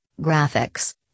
graphics